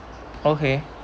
okay